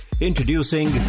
Introducing